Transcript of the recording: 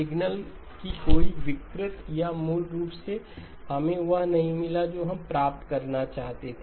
signal की कोई विकृति या मूल रूप से हमें वह नहीं मिला जो हम प्राप्त करना चाहते थे